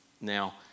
Now